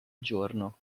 giorno